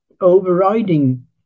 overriding